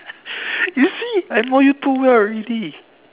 you see I know you too well already